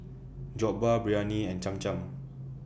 Jokbal Biryani and Cham Cham